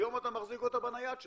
היום אתה מחזיק אותה בנייד שלך.